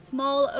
Small